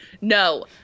no